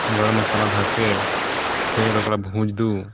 गरम मसाला धऽ के फेर ओकरा भूजि दू